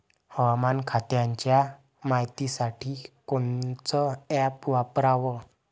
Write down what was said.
हवामान खात्याच्या मायतीसाठी कोनचं ॲप वापराव?